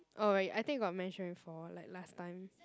oh I think you got mention before like last time